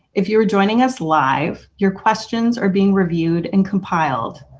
if you are joining us live, your questions are being reviewed and compiled.